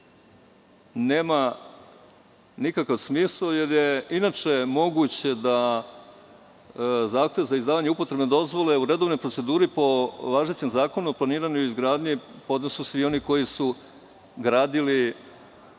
nema nikakav smisao, jer je moguće da zahtev za izdavanje upotrebne dozvole u redovnoj proceduri, po važećem Zakonu o planiranju i izgradnji, podnesu svi oni koji su gradili